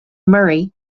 murray